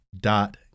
dot